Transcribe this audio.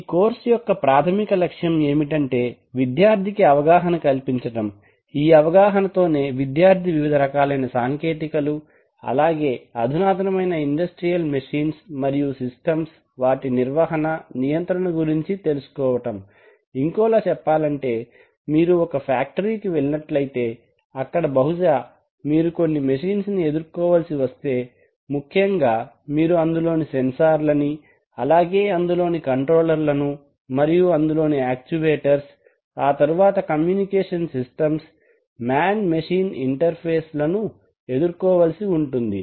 ఈ కోర్సు యొక్క ప్రాథమిక లక్ష్యం ఏమిటంటే విద్యార్థికి అవగాహన కల్పించటం ఈ అవగాహనతోనే విద్యార్థి వివిధ రకాలైన సాంకేతికతలు అలాగే అధునాతనమైన ఇండస్ట్రియల్ మెషిన్స్ మరియు సిస్టమ్స్ వాటి నిర్వహణ నియంత్రణ గురించి తెలుసుకోవడం ఇంకోలా చెప్పాలంటే మీరు ఒక ఫ్యాక్టరీ కి వెళ్ళినట్లయితే అక్కడ బహుశా మీరు కొన్ని మెషిన్స్ ని ఎదుర్కోవలసి వస్తే ముఖ్యంగా మీరు అందులోని సెన్సార్లని అలాగే అందులోని కంట్రోలర్ లను మీరు అందులోని యాక్చువేటర్స్ తరువాత communication systems man machine interface ఎదుర్కోవలసి ఉంటుంది